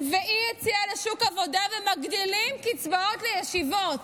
ואי-יציאה לשוק העבודה ומגדילים קצבאות לישיבות.